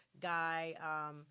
guy